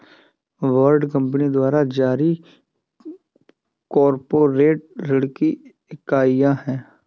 bond company द्वारा जारी corporate ऋण की इकाइयां हैं